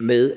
til